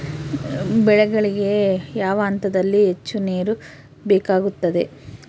ಬೆಳೆಗಳಿಗೆ ಯಾವ ಹಂತದಲ್ಲಿ ಹೆಚ್ಚು ನೇರು ಬೇಕಾಗುತ್ತದೆ?